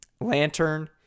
lantern